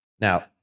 Now